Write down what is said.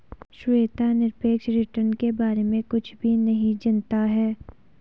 श्वेता निरपेक्ष रिटर्न के बारे में कुछ भी नहीं जनता है